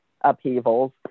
upheavals